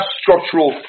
structural